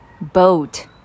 boat